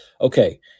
Okay